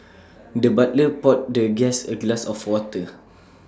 the butler poured the guest A glass of water